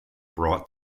brought